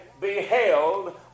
beheld